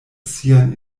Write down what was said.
sian